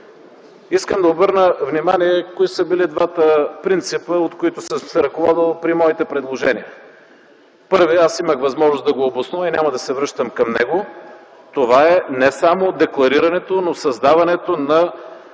Искам да обърна внимание кои са били двата принципа, от които съм се ръководил при моите предложения. Първият аз имах възможност да го обоснова и няма да се връщам към него. Това е не само декларирането, но създаването на